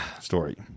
story